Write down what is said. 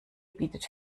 bietet